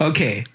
Okay